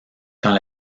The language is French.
quand